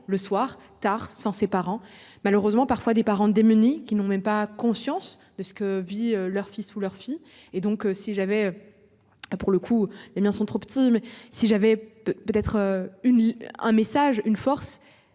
le soir tard, sans ses parents malheureusement parfois des parents démunis qui n'ont même pas conscience de ce que vit leur fils ou leur fille et donc si j'avais. À pour le coup bien sont trop petits. Mais si j'avais peut être une un message une force